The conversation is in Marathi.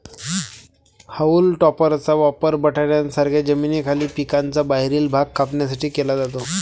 हाऊल टॉपरचा वापर बटाट्यांसारख्या जमिनीखालील पिकांचा बाहेरील भाग कापण्यासाठी केला जातो